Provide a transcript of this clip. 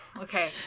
Okay